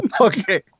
Okay